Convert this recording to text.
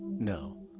no.